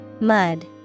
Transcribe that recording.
Mud